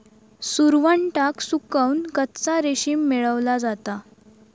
सुरवंटाक सुकवन कच्चा रेशीम मेळवला जाता